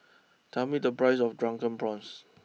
tell me the price of Drunken Prawns